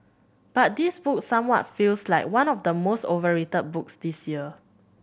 but this book somewhat feels like one of the most overrated books this year